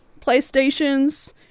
Playstations